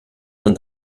man